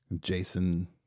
Jason